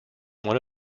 one